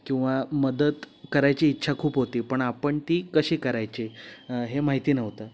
किंवा मदत करायची इच्छा खूप होती पण आपण ती कशी करायची हे माहिती नव्हतं